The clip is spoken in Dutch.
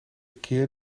keer